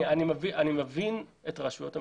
אני מבין את הרשויות המקומיות,